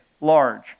large